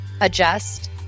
adjust